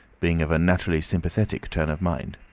being of a naturally sympathetic turn of mind.